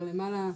כבר למעלה,